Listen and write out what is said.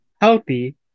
healthy